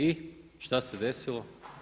I šta se desilo?